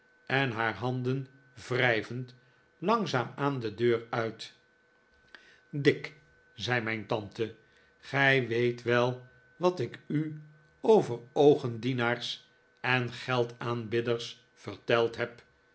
en haar handen wrijvend langzaam-aan de kamer uit dick zei mijn tante gij weet wel wat ik u over oogendienaars en geldaanbidders verteld heb